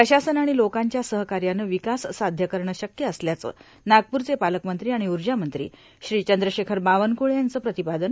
प्रशासन आणि लोकांच्या सहकार्यानं विकास साध्य करणं शक्य असल्याचं नागपूरचे पालकमंत्री आणि ऊर्जामंत्री श्री चंद्रशेखर बावनकुळे यांचं प्रतिपादन